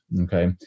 okay